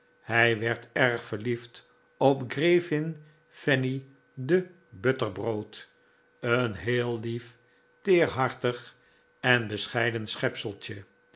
hij werd erg verliefd op grafin fanny de butterbrot een heel lief teerhartig en bescheiden